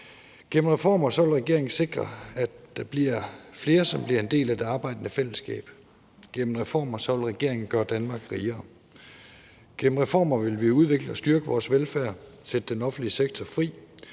Gennem reformer vil regeringen sikre, at der bliver flere, som bliver en del af det arbejdende fællesskab. Gennem reformer vil regeringen gøre Danmark rigere. Gennem reformer vil vi udvikle og styrke vores velfærd, sætte den offentlige sektor fri,